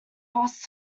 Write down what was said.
boss